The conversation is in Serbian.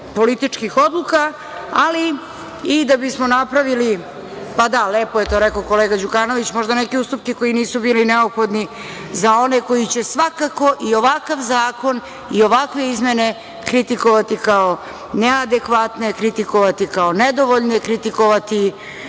političkih odluka, ali i da bismo napravili, pa da, lepo je to rekao kolega Đukanović, možda neki ustupke koji nisu bili neophodni za one koji će svakako i ovakav zakon i ovakve izmene kritikovati kao neadekvatne, kritikovati kao nedovoljne, kritikovati